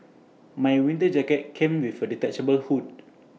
my winter jacket came with A detachable hood